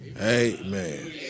Amen